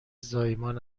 زایمان